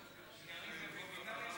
חבר הכנסת מיקי לוי, מוותר,